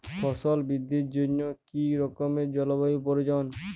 ফসল বৃদ্ধির জন্য কী রকম জলবায়ু প্রয়োজন?